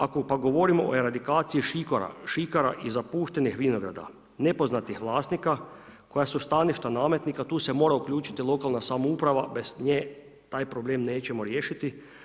Ako pak govorimo o eradikaciji šikara, šikara i zapuštenih vinograda, nepoznatih vlasnika, koja su staništa nametnika, tu se mora uključiti lokalna samouprava bez nje taj problem nećemo riješiti.